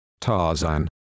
Tarzan